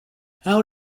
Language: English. how